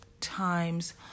times